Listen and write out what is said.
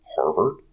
Harvard